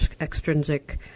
extrinsic